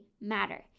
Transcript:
matter